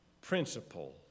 principle